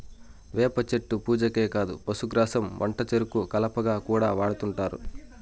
వేప చెట్టు పూజకే కాదు పశుగ్రాసం వంటచెరుకు కలపగా కూడా వాడుతుంటారు